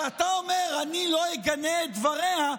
ואתה אומר: אני לא אגנה את דבריה,